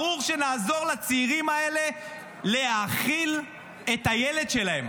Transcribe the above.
ברור שנעזור לצעירים האלה להאכיל את הילד שלהם?